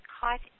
caught